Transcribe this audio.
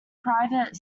private